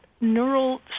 neural